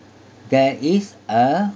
there is a